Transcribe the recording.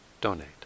donate